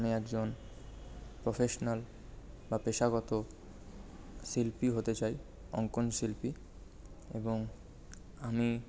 আমি একজন প্রফেশনাল বা পেশাগত শিল্পী হতে চাই অঙ্কন শিল্পী এবং আমি